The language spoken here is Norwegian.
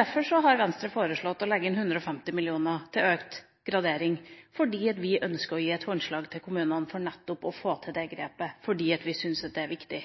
Derfor har Venstre foreslått å legge inn 150 mill. kr til økt gradering. Vi ønsker å gi et håndslag til kommunene for nettopp å få til det grepet, fordi vi syns det er viktig.